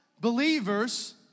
believers